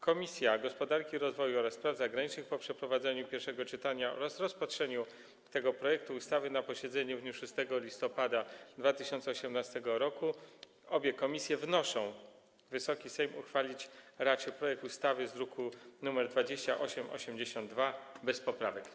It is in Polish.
Komisja Gospodarki i Rozwoju oraz Komisja Spraw Zagranicznych po przeprowadzeniu pierwszego czytania oraz rozpatrzeniu tego projektu ustawy na posiedzeniu w dniu 6 listopada 2018 r. wnoszą, aby Wysoki Sejm uchwalić raczył projekt ustawy z druku nr 2882 bez poprawek.